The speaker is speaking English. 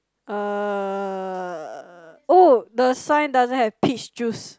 uh oh the sign doesn't have peach juice